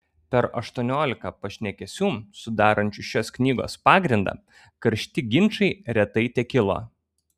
per aštuoniolika pašnekesių sudarančių šios knygos pagrindą karšti ginčai retai tekilo